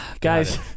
guys-